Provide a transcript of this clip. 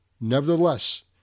Nevertheless